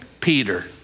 Peter